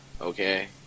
okay